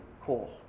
call